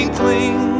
cling